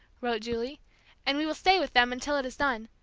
wrote julie and we will stay with them until it is done.